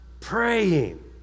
praying